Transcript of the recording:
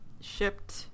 shipped